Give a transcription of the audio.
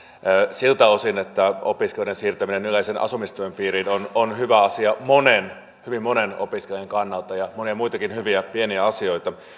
siltä osin että opiskelijoiden siirtäminen yleisen asumistuen piiriin on on hyvä asia monen hyvin monen opiskelijan kannalta ja on monia muitakin hyviä pieniä asioita